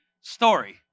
story